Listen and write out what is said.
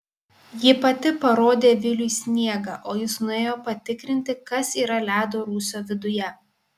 ji pati parodė viliui sniegą o jis nuėjo patikrinti kas yra ledo rūsio viduje